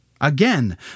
Again